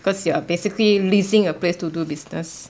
because you are basically leasing a place to do business